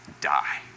die